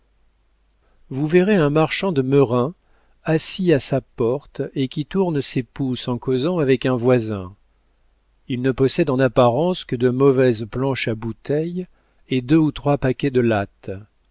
vous verrez un marchand de merrain assis à sa porte et qui tourne ses pouces en causant avec un voisin il ne possède en apparence que de mauvaises planches à bouteilles et deux ou trois paquets de lattes